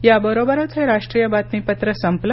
याबरोबरच हे राष्ट्रीय बातमीपत्र संपलं